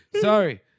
Sorry